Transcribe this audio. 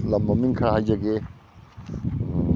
ꯂꯝ ꯃꯃꯤꯡ ꯈꯔ ꯍꯥꯏꯖꯒꯦ